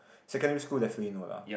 secondary school definitely no lah